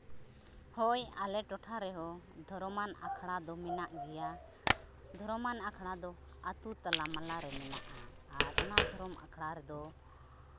ᱦᱳᱭ ᱟᱞᱮ ᱴᱚᱴᱷᱟ ᱨᱮᱦᱚᱸ ᱫᱷᱚᱨᱚᱢᱟᱱ ᱟᱠᱷᱲᱟ ᱫᱚ ᱢᱮᱱᱟᱜ ᱜᱮᱭᱟ ᱫᱷᱚᱨᱚᱢᱟᱱ ᱟᱠᱷᱲᱟ ᱫᱚ ᱟᱛᱳ ᱛᱟᱞᱟᱢᱟᱞᱟ ᱨᱮ ᱢᱮᱱᱟᱜᱼᱟ ᱟᱨ ᱚᱱᱟ ᱫᱷᱚᱨᱚᱢ ᱟᱠᱷᱲᱟ ᱨᱮᱫᱚ